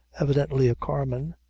evidently a carman,